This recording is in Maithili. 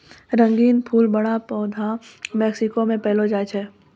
रंगीन फूल बड़ा पौधा मेक्सिको मे पैलो जाय छै